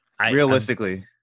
Realistically